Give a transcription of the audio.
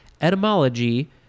etymology